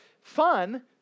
fun